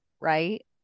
right